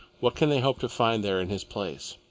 what can they hope to find there in his place?